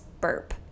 burp